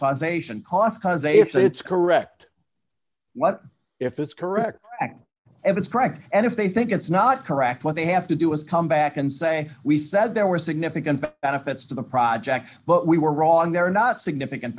causation cos cause they if they it's correct what if it's correct evans correct and if they think it's not correct what they have to do is come back and say we said there were significant benefits to the project but we were wrong there are not significant